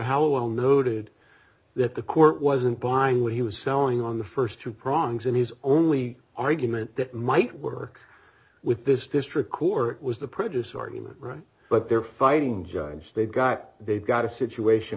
howell noted that the court wasn't buying what he was selling on the st two prongs and his only argument that might work with this district court was the prejudice argument right but they're fighting giants they've got they've got a situation